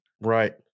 Right